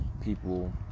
people